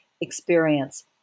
experience